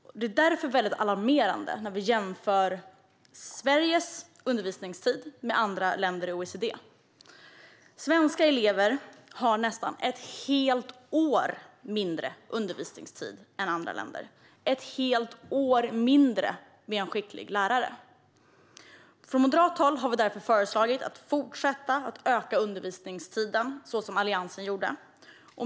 Resultatet är därför alarmerande när vi jämför undervisningstiden i Sverige med den i andra OECD-länder. Svenska elever har nästan ett helt år mindre undervisningstid med en skicklig lärare. Från moderat håll har vi därför föreslagit att vi ska fortsätta att öka undervisningstiden, som Alliansen gjorde.